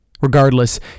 Regardless